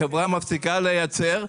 החברה מפסיקה לייצר,